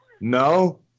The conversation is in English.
No